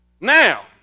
Now